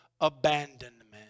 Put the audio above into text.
abandonment